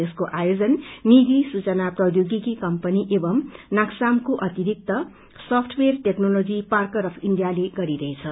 यसको आयोजन निजी सूचना प्रौधोगिकी कम्पनी एंव नाँस्क्रमाके अतिरिक्त सफ्टवेयर टेक्नोलोजी र्पाकर अफ इण्डियाले गरिरहेछ